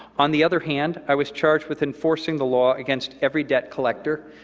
on the other hand, i was charged with enforcing the law against every debt collector,